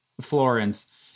Florence